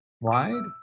wide